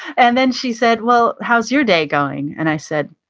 and then she said, well, how's your day going? and i said,